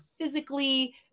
physically